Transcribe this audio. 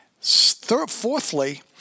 Fourthly